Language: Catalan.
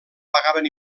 pagaven